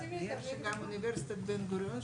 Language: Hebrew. שותפים לו אוניברסיטת בן-גוריון,